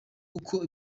uko